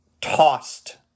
tossed